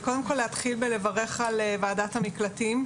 וקודם כל להתחיל בלברך על ועדת המקלטים,